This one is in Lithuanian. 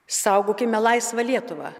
saugokime laisvą lietuvą